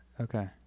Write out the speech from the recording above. Okay